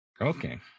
Okay